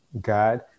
God